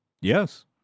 Yes